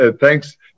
thanks